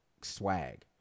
Swag